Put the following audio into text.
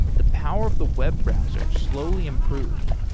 the power of the web browser slowly improved.